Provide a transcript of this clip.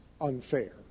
unfair